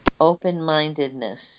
Open-mindedness